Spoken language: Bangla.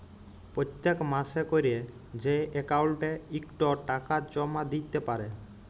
পত্তেক মাসে ক্যরে যে অক্কাউল্টে ইকট টাকা জমা দ্যিতে পারে